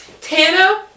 Tana